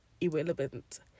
irrelevant